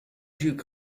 duke